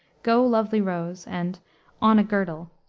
go, lovely rose, and on a girdle,